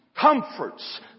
Comforts